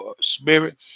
spirit